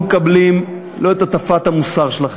זה ממש לא עושה את החוק אנחנו לא מקבלים לא את הטפת המוסר שלכם,